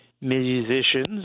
musicians